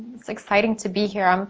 it's exciting to be here. um